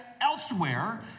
elsewhere